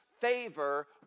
favor